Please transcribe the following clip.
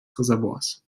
reservoirs